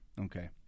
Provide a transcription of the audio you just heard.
Okay